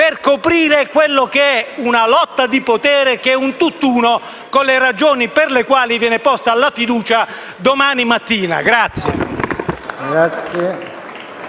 per coprire una lotta di potere che è un tutt'uno con le ragioni per le quali viene posta la fiducia domani mattina.